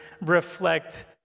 reflect